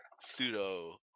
pseudo